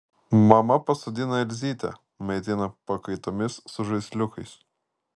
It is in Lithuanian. mama pasodina elzytę maitina pakaitomis su žaisliukais